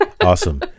Awesome